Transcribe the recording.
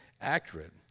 accurate